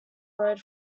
road